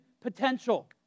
potential